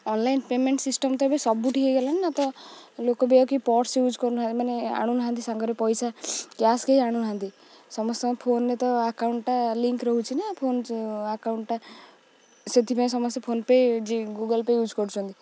online payment system ତ ଏବେ ସବୁଠି ହେଇଗଲାଣି ନା ତ ଲୋକ ବି ଆଉ କେହି ପର୍ସ ୟୁଜ୍ କରୁନାହା ମାନେ ଆଣୁନାହାନ୍ତି ସାଙ୍ଗରେ ପଇସା କ୍ୟାସ୍ କେହି ଆଣୁନାହାନ୍ତି ସମସ୍ତଙ୍କ ଫୋନ୍ରେ ତ ଆକାଉଣ୍ଟଟା ଲିଙ୍କ ରହୁଛି ନା ଫୋନ ଆକାଉଣ୍ଟଟା ସେଥିପାଇଁ ସମସ୍ତେ ଫୋନ୍ପେ ଜି ଗୁଗୁଲ୍ ପେ ୟୁଜ୍ କରୁଛନ୍ତି